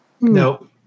Nope